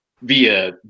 Via